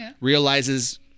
realizes